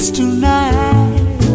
tonight